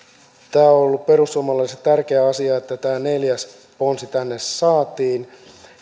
tämä on ollut perussuomalaisille tärkeä asia että tämä neljäs ponsi tänne saatiin